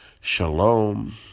Shalom